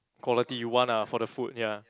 quality you want ah for the food ya